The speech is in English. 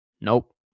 Nope